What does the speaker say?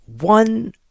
one